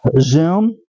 Zoom